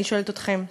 אני שואלת אתכם.